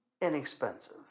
inexpensive